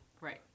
right